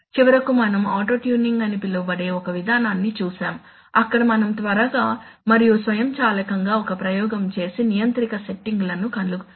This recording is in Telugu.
చివరకు మనం ఆటో ట్యూనింగ్ అని పిలువబడే ఒక విధానాన్ని చూశాము అక్కడ మనం త్వరగా మరియు స్వయంచాలకంగా ఒక ప్రయోగం చేసి నియంత్రిక సెట్టింగులను కనుగొనగలిగాం